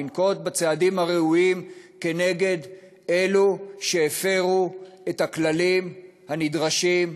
לנקוט את הצעדים הראויים כנגד אלו שהפרו את הכללים הנדרשים,